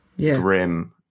grim